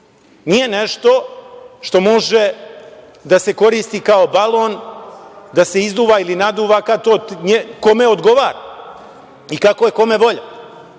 nije nešto što može da se koristi kao balon da se izduva ili naduva kada to kome odgovara i kako je kome volja.